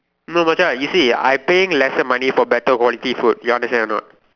no much I you see I paying lesser money for better quality food you understand or not